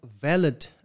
valid